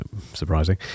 surprising